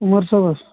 عُمر صٲبس